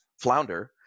flounder